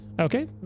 Okay